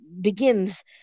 begins